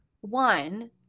one